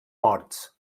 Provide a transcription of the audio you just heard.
morts